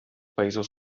països